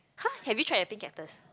!huh! have you tried the pink cactus